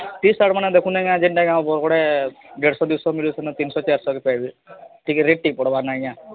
ଟି shirt ମାନ ଦେଖୁନ୍ ଆଜ୍ଞା ଯେନ୍ଟା ଗୋଟେ ଦେଢ଼ଶହ ଦୁଇଶହ ମିିଲୁଥିନ ତିନିଶହ ଚାରଶହରେ ପାଇବେ ଟିକେ ରେଟ୍ ପଡ଼ବା ନା ଆଜ୍ଞା